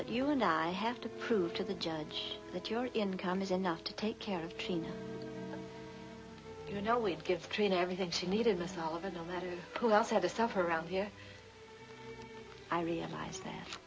but you and i have to prove to the judge that your income is enough to take care of tina you know we'd give train everything she needed us all of a no matter who else had the stuff around here i realize that